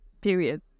Period